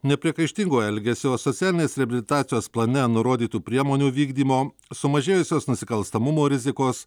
nepriekaištingo elgesio socialinės reabilitacijos plane nurodytų priemonių vykdymo sumažėjusios nusikalstamumo rizikos